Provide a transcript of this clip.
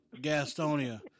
Gastonia